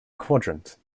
quadrant